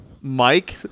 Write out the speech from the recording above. Mike